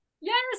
Yes